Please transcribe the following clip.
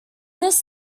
this